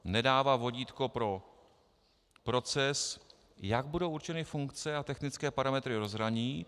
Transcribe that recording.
Nedává vodítko pro proces, jak budou určeny funkce a technické parametry rozhraní...